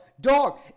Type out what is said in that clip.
dog